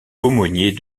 aumônier